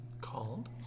Called